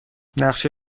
نقشه